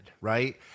right